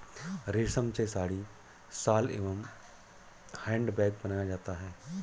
रेश्म से साड़ी, शॉल एंव हैंड बैग बनाया जाता है